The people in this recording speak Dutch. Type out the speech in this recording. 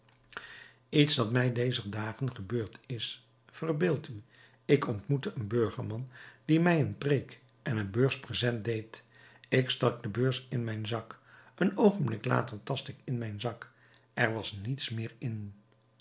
iets dat mij dezer dagen gebeurd is verbeeld u ik ontmoette een burgerman die mij een preek en een beurs present deed ik stak de beurs in mijn zak een oogenblik later tast ik in mijn zak er was niets meer in